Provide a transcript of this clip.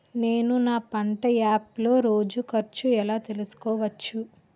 నేను నా పంట యాప్ లో రోజు ఖర్చు ఎలా తెల్సుకోవచ్చు?